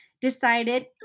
decided